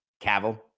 Cavill